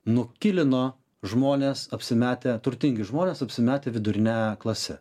nukilino žmonės apsimetę turtingi žmonės apsimetę vidurine klase